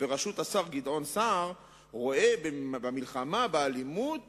בראשות השר גדעון סער רואה במלחמה באלימות